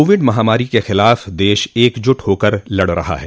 Covid महामारी के ख़िलाफ़ देश एकजुट होकर लड़ रहा है